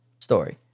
story